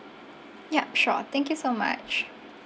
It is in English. yup sure thank you so much